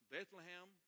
Bethlehem